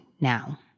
now